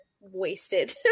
wasted